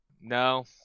no